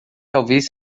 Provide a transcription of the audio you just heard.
talvez